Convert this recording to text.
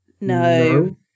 No